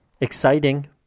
exciting